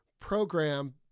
program